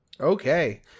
Okay